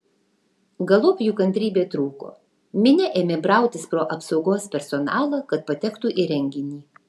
galop jų kantrybė trūko minia ėmė brautis pro apsaugos personalą kad patektų į renginį